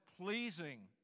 pleasing